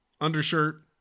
undershirt